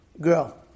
girl